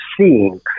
seeing